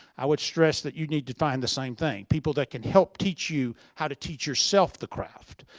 i would stress that you need to find the same thing. people that can help teach you how to teach yourself the craft.